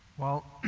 well,